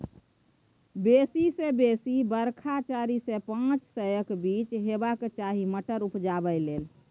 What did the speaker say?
बेसी सँ बेसी बरखा चारि सय सँ पाँच सयक बीच हेबाक चाही मटर उपजाबै लेल